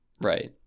right